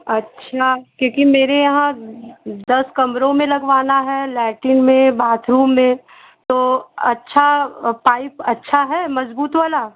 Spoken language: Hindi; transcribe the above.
अच्छा क्योंकि मेरे यहाँ दस कमरों में लगवाना है लैट्रिन में बाथरूम में तो अच्छा पाइप अच्छा है मज़बूत वाला